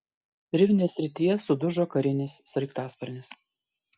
rivnės srityje sudužo karinis sraigtasparnis